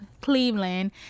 Cleveland